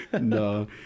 No